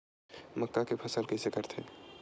मक्का के फसल कइसे करथे?